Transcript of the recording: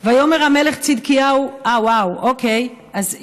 "ויאמר המלך צדקיהו" תודה, גברתי.